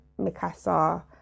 Mikasa